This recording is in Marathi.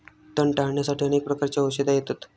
तण टाळ्याण्यासाठी अनेक प्रकारची औषधा येतत